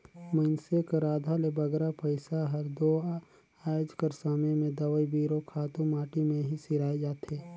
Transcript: मइनसे कर आधा ले बगरा पइसा हर दो आएज कर समे में दवई बीरो, खातू माटी में ही सिराए जाथे